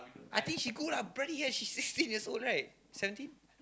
I think she good lah bloody hell she's sixteen years old right seventeen